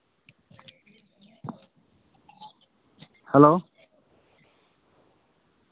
hello